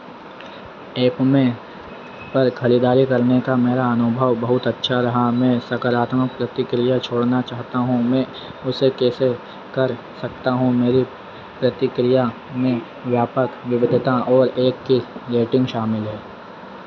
एपमे पर खरीदारी करने का मेरा अनुभव बहुत अच्छा रहा मैं सकारात्मक प्रतिक्रिया छोड़ना चाहता हूँ मैं उसे कैसे कर सकता हूँ मेरी प्रतिक्रिया में व्यापक विविधता और एक की रेटिंग शामिल है